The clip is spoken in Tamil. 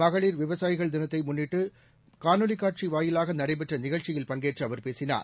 மகளிர் விவசாயிகள் தினத்தை முன்னிட்டு காணொலிக் காட்சி வாயிலாக நடைபெற்ற நிகழ்ச்சியில் பங்கேற்று அவர் பேசினார்